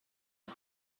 had